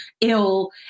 ill